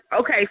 Okay